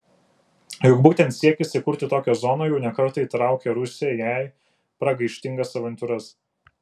juk būtent siekis įkurti tokią zoną jau ne kartą įtraukė rusiją į jai pragaištingas avantiūras